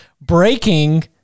breaking